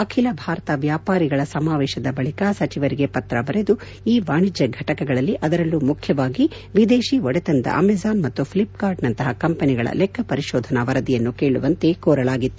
ಅಖಿಲ ಭಾರತ ವ್ಯಾಪಾರಿಗಳ ಸಮಾವೇಶದ ಬಳಿಕ ಸಚಿವರಿಗೆ ಪತ್ರ ಬರೆದು ಇ ವಾಣಿಜ್ಯ ಫೆಟಕಗಳಲ್ಲಿ ಅದರಲ್ಲೂ ಮುಖ್ಯವಾಗಿ ವಿದೇಶಿ ಒಡೆತನದ ಅಮೇಜಾನ್ ಮತ್ತು ಫಿಪ್ಕಾರ್ಟ್ನಂತಹ ಕಂಪನಿಗಳ ಲೆಕ್ಕ ಪರಿಶೋಧನಾ ವರದಿಯನ್ನು ಕೇಳುವಂತೆ ಕೋರಲಾಗಿತ್ತು